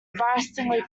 embarrassingly